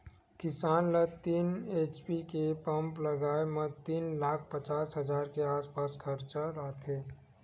किसान ल तीन एच.पी के पंप लगाए म तीन लाख पचास हजार के आसपास खरचा आथे